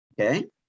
Okay